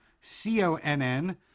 C-O-N-N